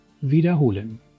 wiederholen